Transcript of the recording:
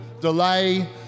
delay